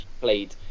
played